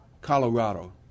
Colorado